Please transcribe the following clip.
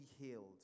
healed